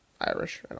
Irish